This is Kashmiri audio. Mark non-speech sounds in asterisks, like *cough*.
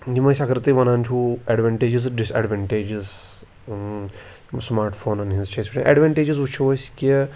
یِم ٲسۍ اگر تُہۍ وَنان چھُو اٮ۪ڈوٮ۪نٹیجِز ڈِس اٮ۪ڈوٮ۪نٹیجِز یِم سٕماٹ فونَن ہِںٛز چھِ أسۍ *unintelligible* اٮ۪ڈوٮ۪نٹیجِز وٕچھو أسۍ کہِ